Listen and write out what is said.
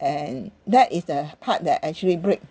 and that is the part that actually break